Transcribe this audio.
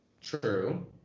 True